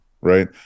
right